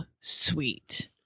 sweet